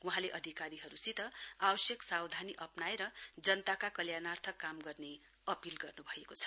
वहाँले अधिकारीहरूसित आवश्यक सावधानी अप्नाएर जनताका कल्याणार्थ काम गर्ने अपील गर्नुभएको छ